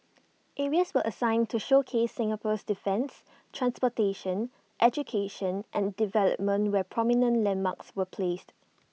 areas were assigned to showcase Singapore's defence transportation education and development where prominent landmarks were placed